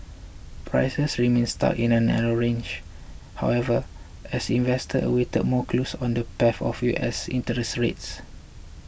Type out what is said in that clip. prices remained stuck in a narrow range however as investors awaited more clues on the path of U S interest rates